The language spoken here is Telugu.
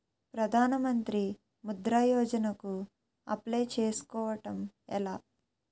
ప్రధాన మంత్రి ముద్రా యోజన కు అప్లయ్ చేసుకోవటం ఎలా?